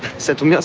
saturday yeah